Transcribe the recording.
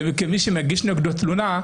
כי מישהו מגיש נגדו תלונה,